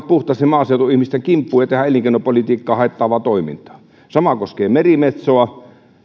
puhtaasti maaseutuihmisten kimppuun ja tehdään elinkeinopolitiikkaa haittaavaa toimintaa sama koskee merimetsoa